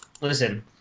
listen